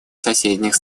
соседних